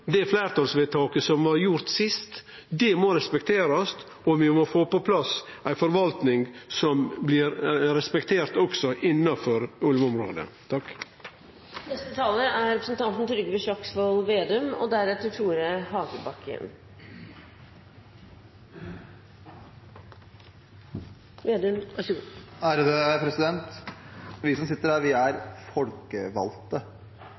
gjennom fleirtalsvedtaket som blei gjort sist, må respekterast, og vi må få på plass ei forvaltning som blir respektert også innanfor ulveområdet. Vi som sitter her, er folkevalgte. Vi